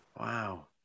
Wow